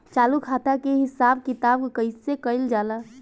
चालू खाता के हिसाब किताब कइसे कइल जाला?